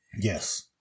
Yes